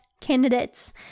candidates